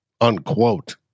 Unquote